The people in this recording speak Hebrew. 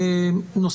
אז